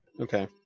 okay